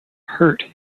hurt